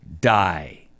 die